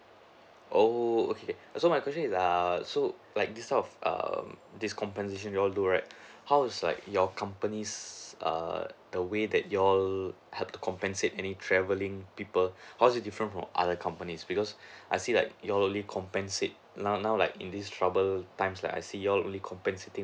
oo okay so my question is err so like this stuff um this compensation you all do right how was like your company's err the way that you all help to compensate any travelling people how it's different from other companies because I see that you'll only compensate now now like in this trouble time like I see you'll only compensating